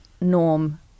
norm